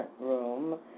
room